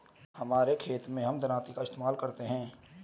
हमारे खेत मैं हम दरांती का इस्तेमाल करते हैं